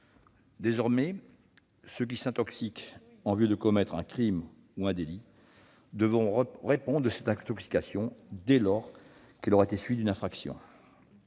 Désormais, ceux qui s'intoxiquent en vue de commettre un crime ou un délit devront répondre de cette intoxication, dès lors qu'elle aura été suivie d'une infraction.